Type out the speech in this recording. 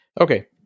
Okay